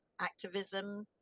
activism